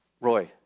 Roy